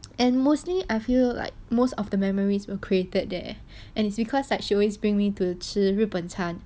and mostly I feel like most of the memories were created there and it's because like she always bring me to 吃日本餐